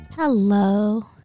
Hello